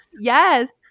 Yes